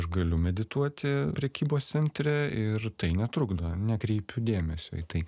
aš galiu medituoti prekybos centre ir tai netrukdo nekreipiu dėmesio į tai